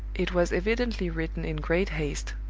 it was evidently written in great haste,